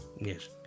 yes